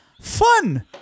Fun